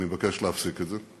אני מבקש להפסיק את זה.